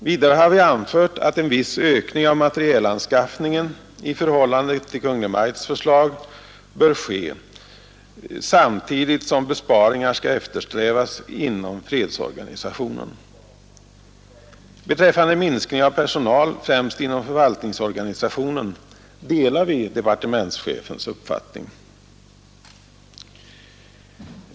Vidare har vi anfört att en viss ökning av materielanskaffningen i förhållande till Kungl. Maj:ts förslag bör ske samtidigt som besparingar skall eftersträvas inom fredsorganisationen. Beträffande minskning av personal, främst inom förvaltningsorganisationen, delar vi departementschefens uppfattning.